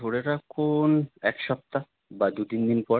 ধরে রাখুন এক সপ্তাহ বা দু তিন দিন পর